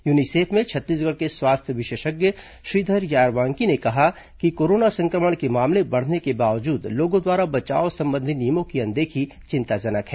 UNICEF में छत्तीसगढ़ के स्वास्थ्य विशेषज्ञ श्रीधर र्यावांकी ने कहा है कि कोरोना संक्रमण के मामले बढ़ने के बावजूद लोगों द्वारा बचाव संबंधी नियमों की अनदेखी चिंताजनक है